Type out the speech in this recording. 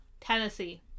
Tennessee